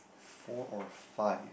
four or five